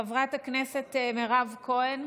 חברת הכנסת מירב כהן,